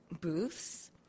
booths